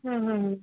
हाँ हाँ हाँ